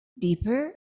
deeper